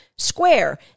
square